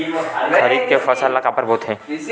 खरीफ के फसल ला काबर बोथे?